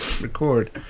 record